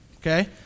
Okay